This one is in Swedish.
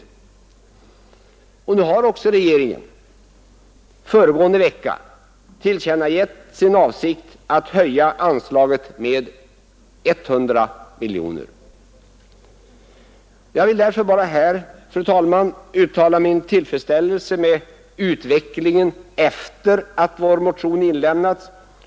Regeringen har också under föregående vecka tillkännagivit sin avsikt att höja anslaget med 100 miljoner kronor. Jag vill därför, fru talman, bara uttala min tillfredsställelse med utvecklingen efter det att vår motion avlämnades.